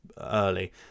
early